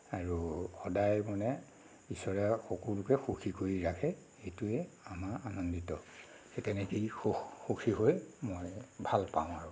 আৰু সদায় মানে ঈশ্বৰে সকলোকে সুখী কৰি ৰাখে সেইটোৱে আমাৰ আনন্দিত সেই তেনেকৈয়ে সুখ সুখী হৈ মই ভালপাওঁ আৰু